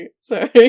Sorry